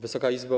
Wysoka Izbo!